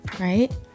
right